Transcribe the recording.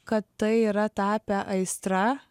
kad tai yra tapę aistra